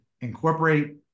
incorporate